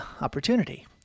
opportunity